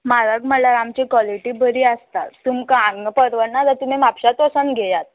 म्हारग म्हणल्यार आमची क्वॉलिटी बरी आसता तुमकां हांगा परवडना जाल्यार तुमी म्हापश्यांच वचोन घेयात